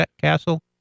Castle